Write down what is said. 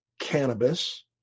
cannabis